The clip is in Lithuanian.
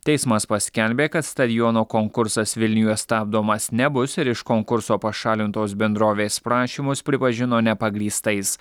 teismas paskelbė kad stadiono konkursas vilniuje stabdomas nebus ir iš konkurso pašalintos bendrovės prašymus pripažino nepagrįstais